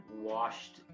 washed